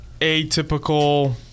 atypical